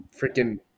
freaking –